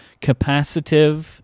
capacitive